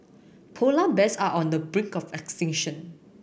polar bears are on the brink of extinction